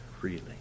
freely